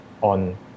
on